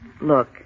Look